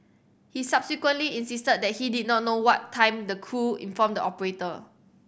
he subsequently insisted that he did not know what time the crew informed the operator